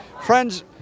Friends